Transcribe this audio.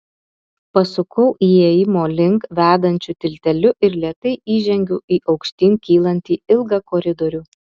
pasukau įėjimo link vedančiu tilteliu ir lėtai įžengiau į aukštyn kylantį ilgą koridorių